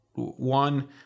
One